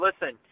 listen